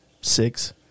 six